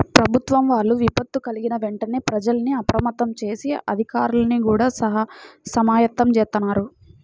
ప్రభుత్వం వాళ్ళు విపత్తు కల్గిన వెంటనే ప్రజల్ని అప్రమత్తం జేసి, అధికార్లని గూడా సమాయత్తం జేత్తన్నారు